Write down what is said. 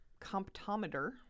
Comptometer